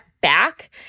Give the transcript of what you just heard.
back